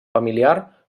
familiar